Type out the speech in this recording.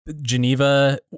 Geneva